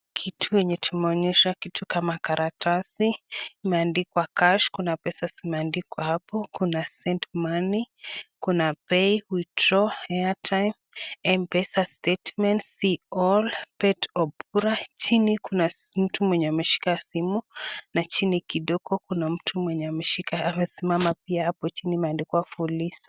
Kitu yenye tumeonyeshwa kitu kama karatasi, imeandikwa cash . Kuna pesa zimeandikwa hapo. Kuna Send money, Pay, Withdraw, Airtime, Mpesa statement, See all Pet Obura . Chini kuna mtu mwenye ameshika simu na chini kidogo kuna mtu mwenye ameshika, amesimama pia hapo chini imeandikwa foli